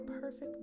perfect